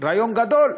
רעיון גדול.